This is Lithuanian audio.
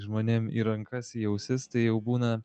žmonėm į rankas į ausis tai jau būna